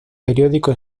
periódico